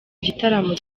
gitaramo